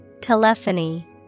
Telephony